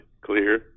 clear